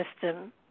system